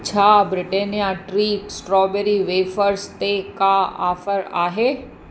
छा Britannia treat strawberry wafers ते का ऑफर आहे